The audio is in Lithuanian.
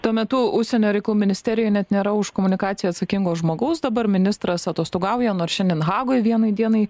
tuo metu užsienio reikalų ministerijoj net nėra už komunikaciją atsakingo žmogaus dabar ministras atostogauja nors šiandien hagoj vienai dienai